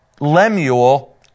Lemuel